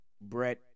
Brett